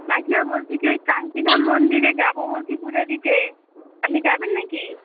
মাসিমা বলছি কি ওই কান্তিধাম মন্দিরে যাবো বলছি পুজো দিতে আপনি যাবেন নাকি